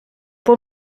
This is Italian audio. può